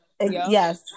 Yes